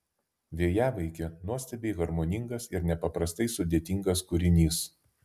vėjavaikė nuostabiai harmoningas ir nepaprastai sudėtingas kūrinys